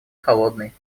холодный